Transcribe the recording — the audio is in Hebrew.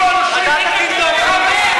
אז אל תאיים.